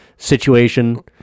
Situation